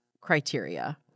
criteria